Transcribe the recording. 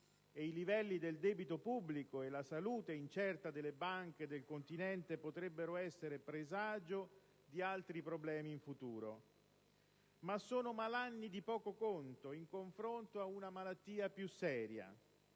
e i livelli del debito pubblico e la salute incerta delle banche del continente potrebbero essere presagio di altri problemi in futuro. Ma sono malanni di poco conto in confronto ad una malattia più seria: